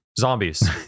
zombies